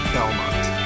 Belmont